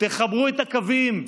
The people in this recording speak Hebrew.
תחברו את הקווים.